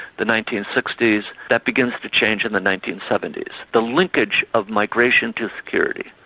the nineteen sixty s that begins to change in the nineteen seventy s. the linkage of migration to security.